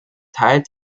teil